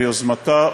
ביוזמתה,